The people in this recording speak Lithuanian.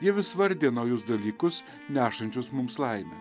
ji vis vardija naujus dalykus nešančius mums laimę